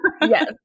Yes